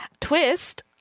twist